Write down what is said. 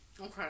okay